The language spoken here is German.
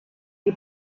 die